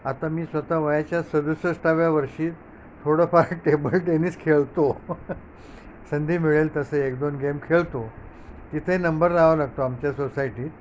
आता मी स्वतः वयाच्या सदुसष्टव्या वर्षी थोडंफार टेबल टेनीस खेळतो संधी मिळेल तसं एक दोन गेम खेळतो तिथे नंबर राहावं लागतो आमच्या सोसायटीत